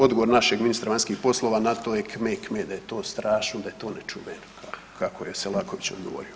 Odgovor našeg ministra vanjskih poslova na to je kme, kme, da je to strašno, da je to nečuveno, kako je Selaković odgovorio.